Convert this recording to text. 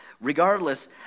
Regardless